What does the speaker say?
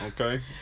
Okay